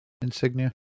insignia